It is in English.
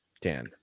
Dan